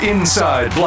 Inside